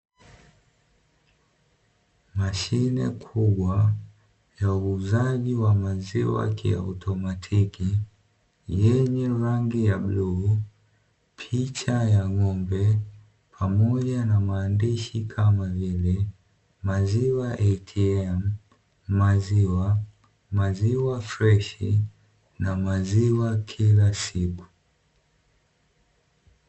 Mashine kubwa ya uuzaji wa maziwa kiautomatiki, yenye rangi ya bluu, picha ya ng'ombe pamoja na maandishi kama vile "maziwa ya ATM", "maziwa", "maziwa freshi", na "maziwa kila siku".